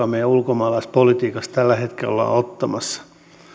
meidän ulkomaalaispolitiikassa tällä hetkellä ollaan ottamassa